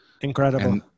incredible